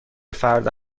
فردا